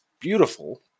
beautiful